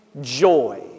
joy